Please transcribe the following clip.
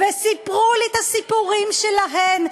וסיפרו לי את הסיפורים שלהן,